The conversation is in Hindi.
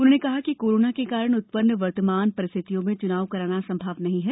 उन्होंने कहा कि कोरोना के कारण उत्पन्न वर्तमान परिस्थितियों में चूनाव कराना संभव नहीं है